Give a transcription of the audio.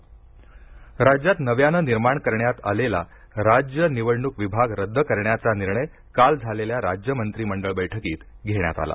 महा निर्णय राज्यात नव्यानं निर्माण करण्यात आलेला राज्य निवडणूक विभाग रद्द करण्याचा निर्णय काल झालेल्या राज्य मंत्रीमंडळ बैठकीत घेण्यात आला